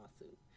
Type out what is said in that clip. lawsuit